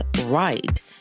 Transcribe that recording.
right